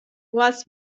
was